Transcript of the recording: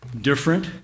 different